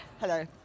hello